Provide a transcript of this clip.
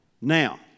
Now